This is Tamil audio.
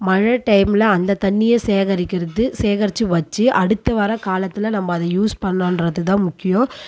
மழை டைமில் அந்த தண்ணியை சேகரிக்கிறது சேகரித்து வச்சு அடுத்த வர காலத்தில் நம்ம அதை யூஸ் பண்ணுன்றது தான் முக்கியம்